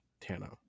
Tana